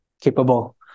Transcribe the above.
capable